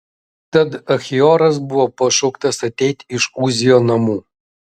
tad achioras buvo pašauktas ateiti iš uzijo namų